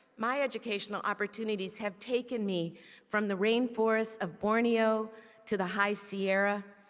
my educational opportunities have taken me from the rain forest of borneo to the high sierra.